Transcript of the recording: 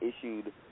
issued